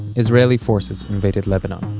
israeli forces invaded lebanon,